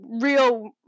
real